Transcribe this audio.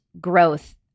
growth